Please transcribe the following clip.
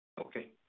Okay